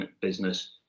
business